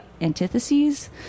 Antitheses